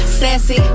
Sassy